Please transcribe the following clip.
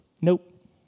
Nope